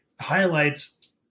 highlights